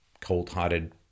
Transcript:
cold-hearted